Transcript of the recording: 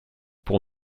pour